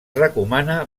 recomana